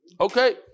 Okay